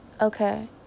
okay